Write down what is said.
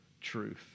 truth